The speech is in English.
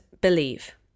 believe